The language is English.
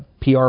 PR